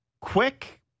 quick